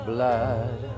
Blood